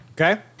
Okay